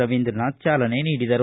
ರವೀಂದ್ರನಾಥ್ ಚಾಲನೆ ನೀಡಿದರು